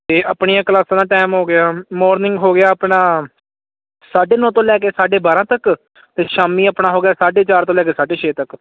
ਇਹ ਆਪਣੀਆਂ ਕਲਾਸਾਂ ਦਾ ਟਾਈਮ ਹੋ ਗਿਆ ਮੋਰਨਿੰਗ ਹੋ ਗਿਆ ਆਪਣਾ ਸਾਢੇ ਨੋ ਤੋਂ ਲੈ ਕੇ ਸਾਢੇ ਬਾਰਾਂ ਤੱਕ ਤੇ ਸ਼ਾਮੀ ਆਪਣਾ ਹੋ ਗਿਆ ਸਾਢੇ ਚਾਰ ਤੋਂ ਲੈ ਕੇ ਸਾਢੇ ਛੇ ਤੱਕ